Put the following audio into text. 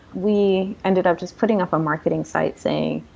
we ended up just putting up a marketing site saying,